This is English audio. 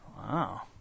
Wow